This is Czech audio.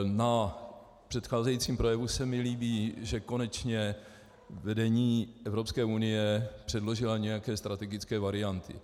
Na předcházejícím projevu se mi líbí, že konečně vedení Evropské unie předložilo nějaké strategické varianty.